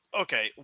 Okay